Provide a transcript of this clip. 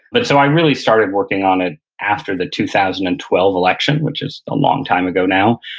but, so i really started working on it after the two thousand and twelve election, which is a long time ago, now.